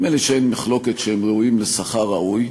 נדמה לי שאין מחלוקת שהם ראויים לשכר ראוי.